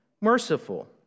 merciful